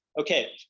Okay